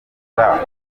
bwa